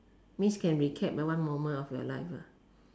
means can recap one moment of your life ah